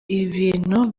ibintu